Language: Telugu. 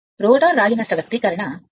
రోటర్ రాగి నష్ట వ్యక్తీకరణ S P m 1 S